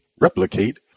replicate